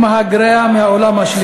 עם מהגריה מהעולם השלישי.